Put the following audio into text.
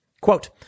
Quote